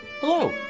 Hello